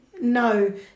no